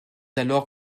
alors